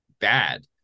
bad